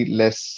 less